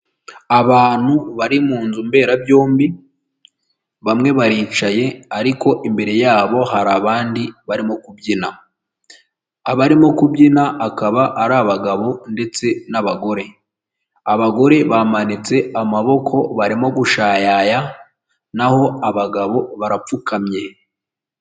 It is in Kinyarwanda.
Abantu bari mu nzu mberabyombi bamwe baricaye ariko imbere yabo hari abandi barimo kubyina, abarimo kubyina akaba ari abagabo ndetse n'abagore. Abagore bamanitse amaboko barimo gushayaya naho abagabo barapfukamye.